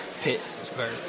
Pittsburgh